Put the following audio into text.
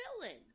villain